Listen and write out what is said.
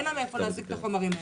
אין לה מאיפה להשיג את החומרים האלה.